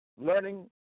learning